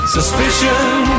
Suspicion